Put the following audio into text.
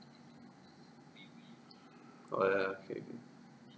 oh ya ya okay